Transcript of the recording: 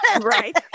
Right